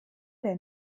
der